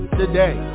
today